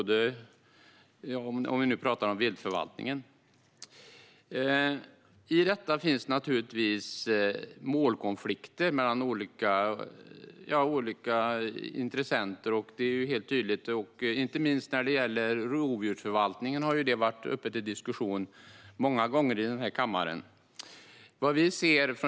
Det finns tydliga målkonflikter mellan olika intressenter. Och rovdjursförvaltning, inte minst, har varit uppe till diskussion många gånger i den här kammaren.